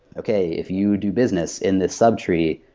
okay, if you do business in this subtree,